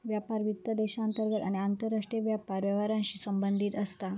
व्यापार वित्त देशांतर्गत आणि आंतरराष्ट्रीय व्यापार व्यवहारांशी संबंधित असता